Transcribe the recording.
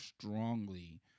strongly